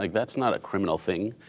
like that's not a criminal thing.